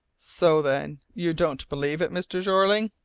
so, then, you don't believe it, mr. jeorling?